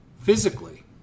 physically